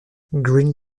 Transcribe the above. green